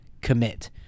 commit